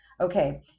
okay